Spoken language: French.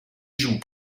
joue